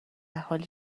حالی